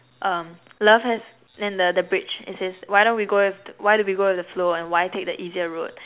um love has and the the bridge it says why don't we go with why do we go with the flow and why take the easier road